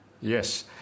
Yes